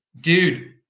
dude